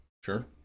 Sure